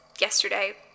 yesterday